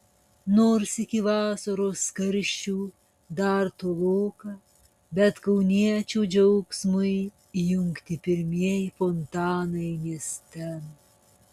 nors iki vasaros karščių dar toloka bet kauniečių džiaugsmui įjungti pirmieji fontanai mieste